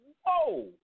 whoa